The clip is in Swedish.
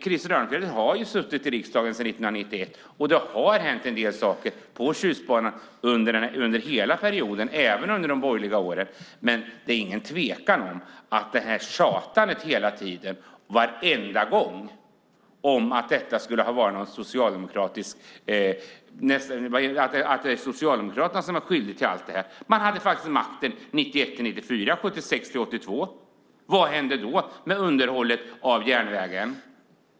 Krister Örnfjäder har ju suttit i riksdagen sedan 1991, och det har hänt en del saker med Tjustbanan under hela perioden, även under de borgerliga åren. Men det är ingen tvekan om att det här tjatandet hela tiden om att Socialdemokraterna skulle vara skyldiga till allt det här är överdrivet. De borgerliga hade faktiskt makten 1991-1994 och 1976-1982. Vad hände då med underhållet av järnvägen?